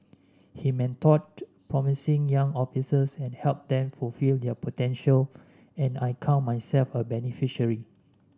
he mentored promising young officers and helped them fulfil their potential and I count myself a beneficiary